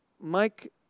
Mike